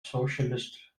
socialist